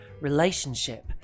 Relationship